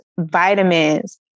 vitamins